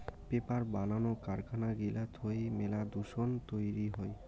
paper বানানো কারখানা গিলা থুই মেলা দূষণ তৈরী হই